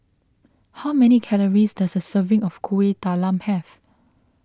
how many calories does a serving of Kuih Talam have